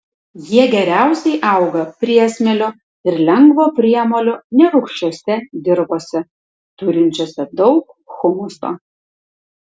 jie geriausiai auga priesmėlio ir lengvo priemolio nerūgščiose dirvose turinčiose daug humuso